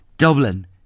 Dublin